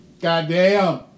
Goddamn